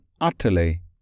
utterly